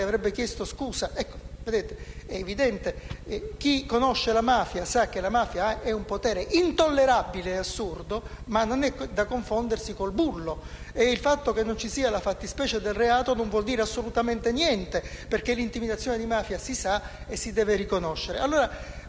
avrebbe chiesto scusa"». Ecco, vedete, è evidente. Chi conosce la mafia sa che la mafia è un potere intollerabile ed assurdo, ma non è da confondersi con il bullo. E il fatto che non ci sia la fattispecie del reato non vuol dire assolutamente niente, perché l'intimidazione di mafia si sa e si deve riconoscere.